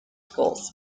schools